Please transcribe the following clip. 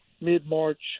mid-March